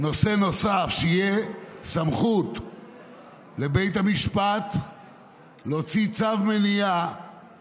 נושא נוסף: שתהיה סמכות לבית המשפט להוציא צו מניעה